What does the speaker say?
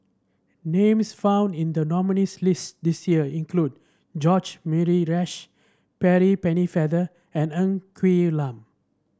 names found in the nominees' list this year include George Murray Reith Percy Pennefather and Ng Quee Lam